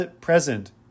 present